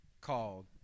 called